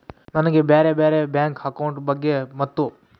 ನನಗೆ ಬ್ಯಾರೆ ಬ್ಯಾರೆ ಬ್ಯಾಂಕ್ ಅಕೌಂಟ್ ಬಗ್ಗೆ ಮತ್ತು?